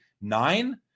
nine